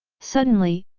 suddenly,